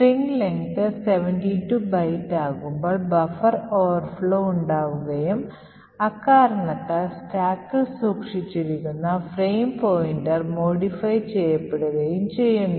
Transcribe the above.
string length 72 byte ആകുമ്പോൾ buffer overflow ഉണ്ടാകുകയും അക്കാരണത്താൽ സ്റ്റാക്കിൽ സൂക്ഷിച്ചിരിക്കുന്ന ഫ്രെയിം പോയിന്റർ modify ചെയ്യപ്പെടുകയും ചെയ്യുന്നു